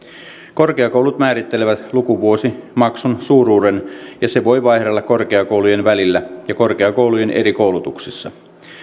korkeakoulut määrittelevät lukuvuosimaksun suuruuden ja se voi vaihdella korkeakoulujen välillä ja korkeakoulujen eri koulutuksissa